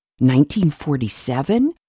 1947